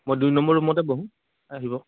মই দুই নম্বৰ ৰুমতে বহোঁ আহিব